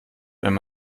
wenn